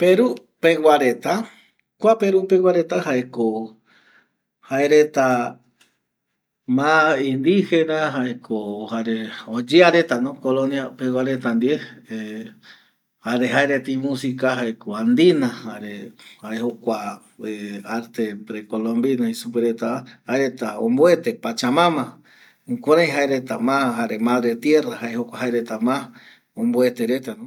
Peru pegua reta kua peru pegua reta jaeko jaereta ma indigena jaeko oyearetano kolonia pegua reta ndie jare jaereta imusika jaeko andina jare jae jokua arte pre colombina jei supe retava jaereta omboete pachamama jukurai jaereta madre tierra jaema jae jokua jaereta ma oboetereta